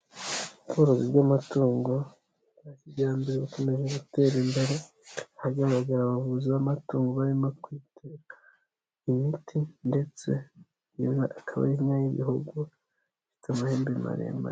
Ubworozi bw'amatungo bwa kijyambere bakomeje gutera imbere ahagaragara abavuzi b'amatungo barimo kuyitera imiti ndetse iyo nka akaba ari inka y'ibihogo ifite amahembe maremare.